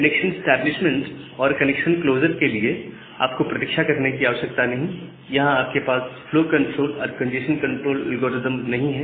connection establishment और connection closure के लिए आपको प्रतीक्षा करने की आवश्यकता नहीं यहां आपके पास फ्लो कंट्रोल और कंजेशन कंट्रोल एल्गोरिदम नहीं है